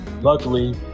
luckily